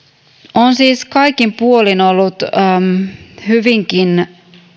on siis kaikin puolin ollut hyvinkin